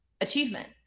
achievement